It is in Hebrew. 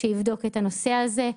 שיבדוק את הנושא הזה.